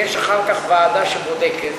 יש אחר כך ועדה שבודקת,